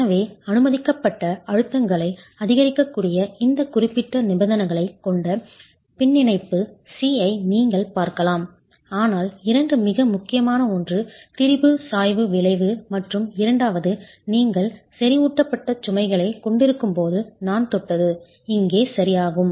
எனவே அனுமதிக்கப்பட்ட அழுத்தங்களை அதிகரிக்கக்கூடிய இந்த குறிப்பிட்ட நிபந்தனைகளைக் கொண்ட பின்னிணைப்பு C ஐ நீங்கள் பார்க்கலாம் ஆனால் இரண்டு மிக முக்கியமான ஒன்று திரிபு சாய்வு விளைவு மற்றும் இரண்டாவது நீங்கள் செறிவூட்டப்பட்ட சுமைகளைக் கொண்டிருக்கும் போது நான் தொட்டது இங்கே சரி ஆகும்